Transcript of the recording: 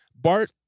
Bart